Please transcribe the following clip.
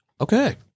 Okay